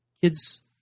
kids